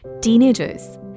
Teenagers